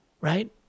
Right